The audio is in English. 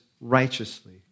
righteously